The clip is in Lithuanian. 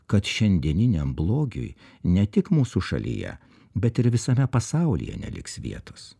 kad šiandieniniam blogiui ne tik mūsų šalyje bet ir visame pasaulyje neliks vietos